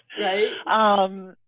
Right